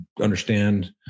understand